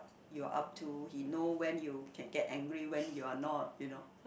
you are up to he know when you can get angry when you are not you know